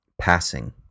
passing